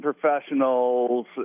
professionals